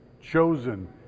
chosen